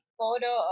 photo